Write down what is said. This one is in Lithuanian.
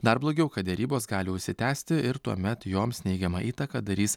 dar blogiau kad derybos gali užsitęsti ir tuomet joms neigiamą įtaką darys